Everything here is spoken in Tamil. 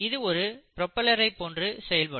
இது ஒரு புரோபெல்லரை போன்று செயல்படும்